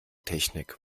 technik